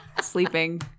sleeping